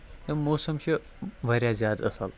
یہِ موسم چھُ واریاہ زیادٕ اَصٕل